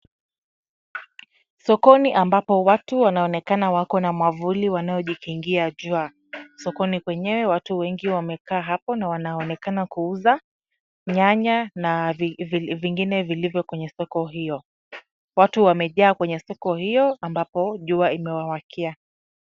Sokoni ambapo watu wanaonekana wako na mwavuli, wanao kikiingia jua, sokoni kwenyewe watu wengi wamekaa hapo na wanaona kuuza nyanya na vingine vilivyoko kwenye soko hiyo. Watu wamejaa kwenye soko hiyo ambapo jua imewawakia.